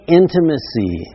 intimacy